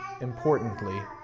importantly